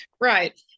Right